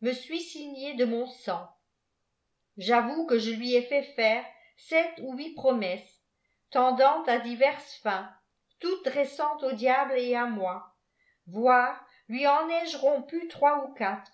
me suis signée de mon sang a j'avoue que je lui ai fait faire sept ou huit promesses tendantes à diverses fins toutes dressantes au diable et à moi voire lui en ai je rompu trois où quatre